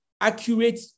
accurate